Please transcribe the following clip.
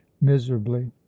miserably